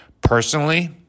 personally